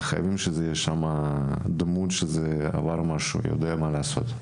צריך להיות דמות שעברה משהו, ושיודעת מה לעשות.